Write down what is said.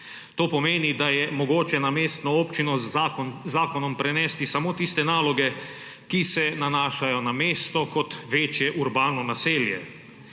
To pomeni, da je mogoče na mestno občino z zakonom prenesti samo tiste naloge, ki se nanašajo na mesto kot večje urbano naselje.